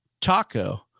taco